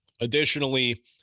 Additionally